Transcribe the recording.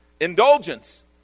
Indulgence